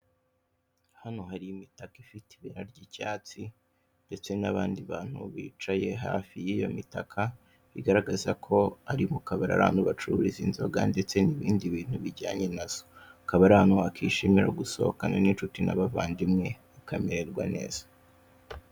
Hano hari imitaka ifite ibara ry'icyatsi ndetse n'abandi bantu bicaye hafi y'iyo mitaka, bigaragaza ko ari mu kabari ahantu bacururiza inzoga, ndetse n'ibindi bintu bijyanye nazo akaba ari ahantu wakishimira gusohokana n'inshuti n'abavandimwe bakamererwa neza.